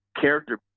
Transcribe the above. character